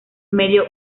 medio